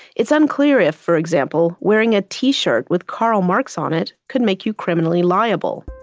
it's unclear if, for example, wearing a t-shirt with karl marx on it could make you criminally liable.